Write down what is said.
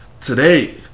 Today